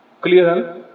Clear